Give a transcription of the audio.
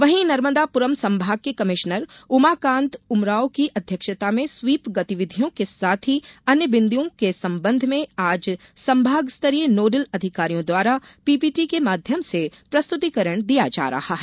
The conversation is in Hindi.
वहीं नर्मदापुरम संभाग के कमिश्नर उमाकान्त उमराव की अध्यक्षता में स्वीप गतिविधियों के साथ ही अन्य बिन्दुओं के संबंध में आज संभागस्तरीय नोडल अधिकारियों द्वारा पीपीटी के माध्यम से प्रस्तूतीकरण दिया जा रहा है